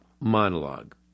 monologue